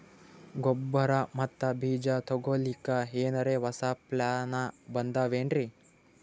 ಗೊಬ್ಬರ ಮತ್ತ ಬೀಜ ತೊಗೊಲಿಕ್ಕ ಎನರೆ ಹೊಸಾ ಪ್ಲಾನ ಬಂದಾವೆನ್ರಿ?